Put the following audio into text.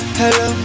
hello